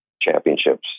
championships